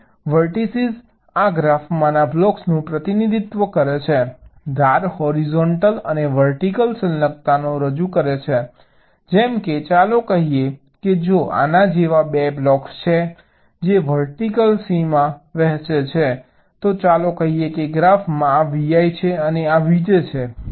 અહીં વર્ટીસીઝ આ ગ્રાફમાંના બ્લોક્સનું પ્રતિનિધિત્વ કરે છે ધાર હોરિઝોન્ટલ અને વર્ટિકલ સંલગ્નતાને રજૂ કરે છે જેમ કે ચાલો કહીએ કે જો આના જેવા 2 બ્લોક્સ છે જે વર્ટિકલ સીમા વહેંચે છે તો ચાલો કહીએ કે ગ્રાફમાં આ vi છે અને આ vj છે